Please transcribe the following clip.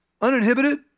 uninhibited